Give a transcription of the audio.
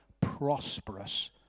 prosperous